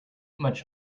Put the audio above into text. much